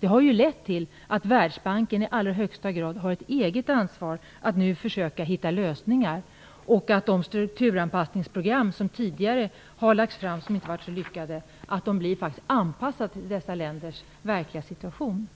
Det har ju lett till att Världsbanken i allra högsta grad har ett eget ansvar för att nu försöka hitta lösningar och att de strukturanpassningsprogram som tidigare har lagts fram, som inte har varit så lyckade, blir anpassade till dessa länders verkliga situation.